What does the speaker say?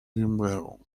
vimeo